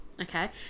Okay